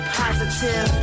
positive